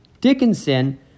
Dickinson